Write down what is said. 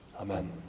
Amen